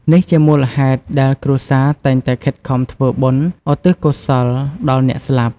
នេះជាមូលហេតុដែលគ្រួសារតែងតែខិតខំធ្វើបុណ្យឧទ្ទិសកុសលដល់អ្នកស្លាប់។